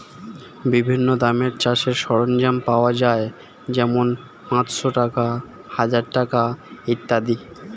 বিভিন্ন দামের চাষের সরঞ্জাম পাওয়া যায় যেমন পাঁচশ টাকা, হাজার টাকা ইত্যাদি